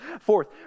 Fourth